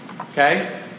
Okay